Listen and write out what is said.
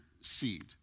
seed